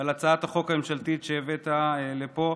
ועל הצעת החוק הממשלתית שהבאת לפה.